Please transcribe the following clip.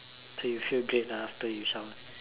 so you feel great lah after you shower